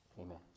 Amen